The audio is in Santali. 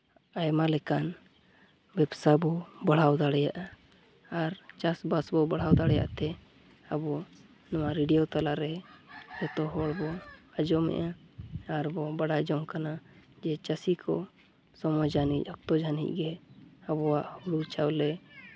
ᱟᱭᱢᱟ ᱞᱮᱠᱟᱱ ᱵᱮᱵᱥᱟ ᱵᱚ ᱵᱟᱲᱦᱟᱣ ᱫᱟᱲᱮᱭᱟᱜᱼᱟ ᱟᱨ ᱪᱟᱥᱦᱵᱟᱥ ᱵᱚ ᱵᱟᱲᱦᱟᱣ ᱫᱟᱲᱮᱭᱟᱜ ᱛᱮ ᱟᱵᱚ ᱱᱚᱣᱟ ᱨᱮᱰᱤᱭᱳ ᱛᱟᱞᱟ ᱨᱮ ᱡᱚᱛᱚ ᱦᱚᱲ ᱵᱚ ᱟᱸᱡᱚᱢᱮᱜᱼᱟ ᱟᱨ ᱵᱚ ᱵᱟᱰᱟᱭ ᱡᱚᱝ ᱠᱟᱱᱟ ᱡᱮ ᱪᱟᱹᱥᱤ ᱠᱚ ᱥᱚᱢᱚᱭ ᱡᱟᱹᱱᱤᱡ ᱚᱠᱛᱚ ᱡᱟᱹᱢᱤᱡ ᱜᱮ ᱟᱵᱚᱣᱟᱜ ᱦᱳᱲᱳ ᱪᱟᱣᱞᱮ